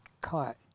caught